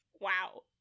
Wow